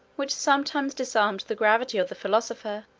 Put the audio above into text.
which sometimes disarmed the gravity of the philosopher,